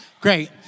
Great